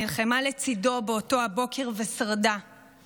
נלחמה לצידו באותו בוקר ושרדה;